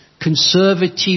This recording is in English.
conservative